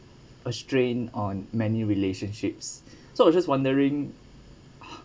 a strain on many relationships so I'm just wondering